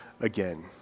again